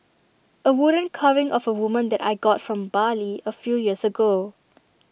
A wooden carving of A woman that I got from Bali A few years ago